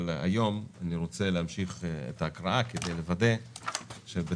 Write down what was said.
היום אני רוצה להמשיך את ההקראה כדי לוודא שבתוכן